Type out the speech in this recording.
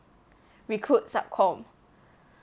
recruit sub comm